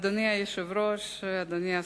אדוני היושב-ראש, אדוני השר,